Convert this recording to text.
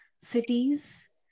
cities